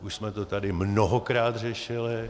Už jsme to tady mnohokrát řešili.